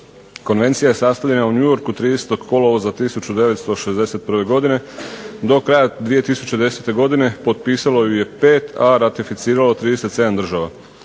Konvencija je sastavljena u New Yorku 30. kolovoza 1961. godine. Do kraja 2010. godine potpisalo ju je pet, a ratificiralo 37 država.